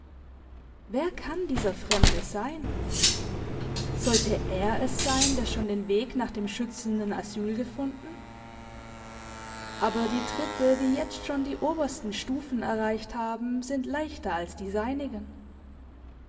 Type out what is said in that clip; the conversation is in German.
wer kann dieser fremde sein sollte er es sein der schon den weg nach dem schützenden asyl gefunden aber die tritte die jetzt schon die obersten stufen erreicht haben sind leichter als die seinigen